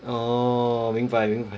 orh 明白明白